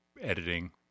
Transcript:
editing